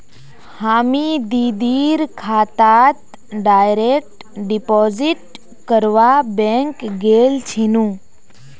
हामी दीदीर खातात डायरेक्ट डिपॉजिट करवा बैंक गेल छिनु